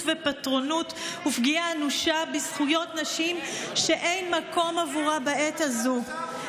ופטרונות ופגיעה אנושה בזכויות נשים שאין מקום לה בעת הזו.